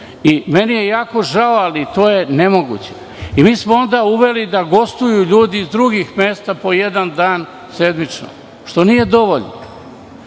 Meni je jako žao, ali to je nemoguće. Mi smo onda uveli da gostuju ljudi iz drugih mesta po jedan dan sedmično, što nije dovoljno.